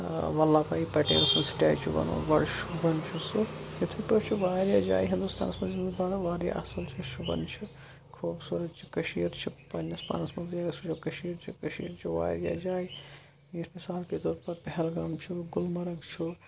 وَلا بھاے پَٹیل سُنٛد سٕٹیچوٗ بنووُکھ بَڑٕ شوٗبَن چھِ سُہ تِتھَے پٲٹھۍ چھُ واریاہ جایہِ ہِندُستانَس منٛز یِم زَن پانہٕ واریاہ اَصٕل چھُ شُبَن چھُ خوٗبصوٗرت چھُ کٔشیٖر چھِ پنٛنِس پانَس منٛز یُس یہِ کٔشیٖرِ چھِ کٔشیٖرِ چھِ واریاہ جایہِ یَتھ مثال کے طور پر پہلگام چھُ گلمرگ چھُ